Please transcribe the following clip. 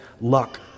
luck